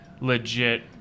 legit